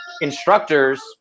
instructors